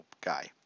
guy